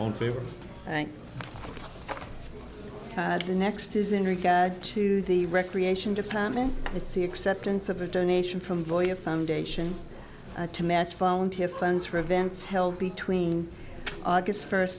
paper the next is in regard to the recreation department it's the acceptance of a donation from voy a foundation to match volunteer funds for events held between august first